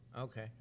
Okay